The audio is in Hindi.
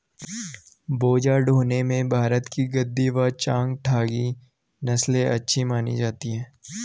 बोझा ढोने में भारत की गद्दी व चांगथागी नस्ले अच्छी मानी जाती हैं